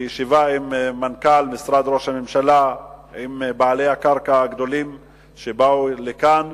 בישיבה עם מנכ"ל משרד ראש הממשלה ועם בעלי הקרקע הגדולים שבאו לכאן,